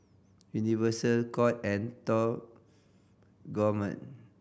Universal Court and Top Gourmet